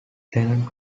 tennant